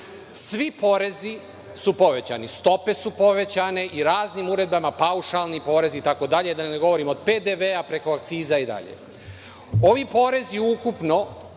svi porezi su povećani, stope su povećane i raznim uredbama, paušalni porez itd, da ne govorim od PDV, preko akciza itd, ovi porezi ukupno,